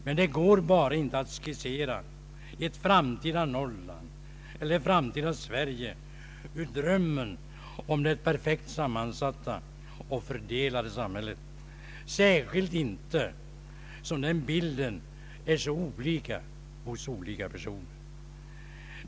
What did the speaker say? Men det går bara inte att skissera ett framtida Norrland och ett framtida Sverige ur drömmen om det perfekt sammansatta och fördelade samhället — särskilt inte som den bilden är så olika hos olika personer.